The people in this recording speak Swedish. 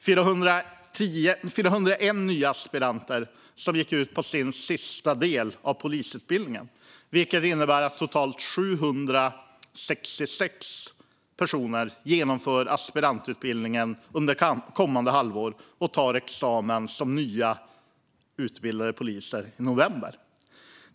401 nya aspiranter gick ut på sin sista del av polisutbildningen, vilket innebär att totalt 766 personer genomför aspirantutbildningen under kommande halvår och tar examen som nya, utbildade poliser i november.